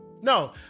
no